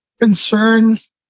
Concerns